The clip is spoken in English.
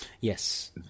Yes